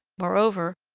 moreover,